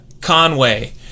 Conway